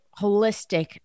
holistic